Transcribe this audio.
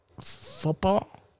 football